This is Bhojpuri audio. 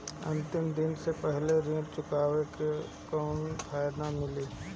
अंतिम दिन से पहले ऋण चुकाने पर कौनो फायदा मिली?